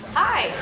hi